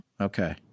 Okay